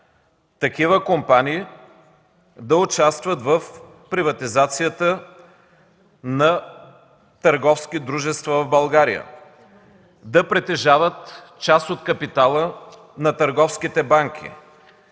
такива компании да участват в приватизацията на търговски дружества в България, да притежават част от капитала на търговските банки,